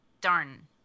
Darn